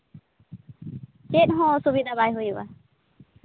ᱪᱮᱫ ᱦᱚᱸ ᱚᱥᱩᱵᱤᱫᱷᱟ ᱵᱟᱭ ᱦᱩᱭᱩᱜᱼᱟ